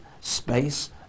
space